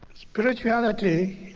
spirituality